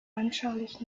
anschaulich